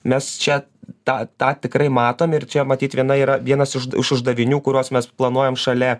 mes čia tą tą tikrai matom ir čia matyt viena yra vienas iš uždavinių kuriuos mes planuojam šalia